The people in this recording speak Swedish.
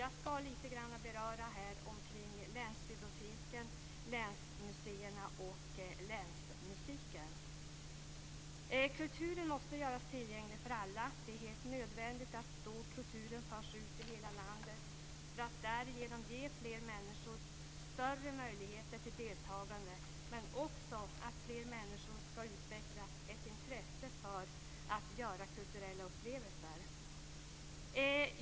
Jag skall lite grann beröra länsbiblioteken, länsmuseerna och länsmusiken. Kulturen måste göras tillgänglig för alla. Det är då helt nödvändigt att kulturen förs ut i hela landet för att därigenom ge fler människor större möjligheter till deltagande, men också för att fler människor skall utveckla ett intresse för att få kulturella upplevelser.